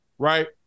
Right